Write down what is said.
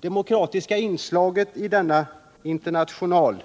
De demokratiska krafterna i denna international